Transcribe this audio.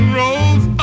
rolls